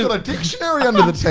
you know a dictionary under the table,